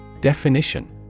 Definition